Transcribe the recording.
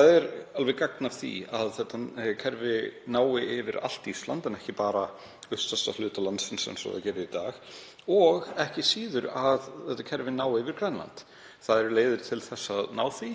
að það er gagn að því að kerfið nái yfir allt Ísland en ekki bara austasta hluta landsins eins og það gerir í dag og ekki síður að það nái yfir Grænland. Það eru leiðir til að ná því.